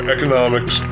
Economics